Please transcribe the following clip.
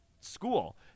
school